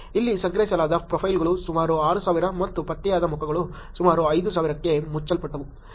ಇಲ್ಲಿ ಸಂಗ್ರಹಿಸಲಾದ ಪ್ರೊಫೈಲ್ಗಳು ಸುಮಾರು 6000 ಮತ್ತು ಪತ್ತೆಯಾದ ಮುಖಗಳು ಸುಮಾರು 5000 ಕ್ಕೆ ಮುಚ್ಚಲ್ಪಟ್ಟವು